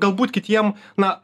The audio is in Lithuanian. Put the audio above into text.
galbūt kitiem na